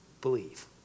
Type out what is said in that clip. believe